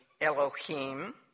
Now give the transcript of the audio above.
Elohim